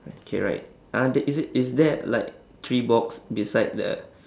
okay right ah th~ is it is there like three box beside the